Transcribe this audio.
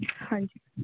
ਹਾਂਜੀ